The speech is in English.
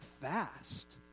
fast